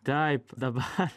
taip dabar